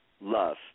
love